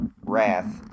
wrath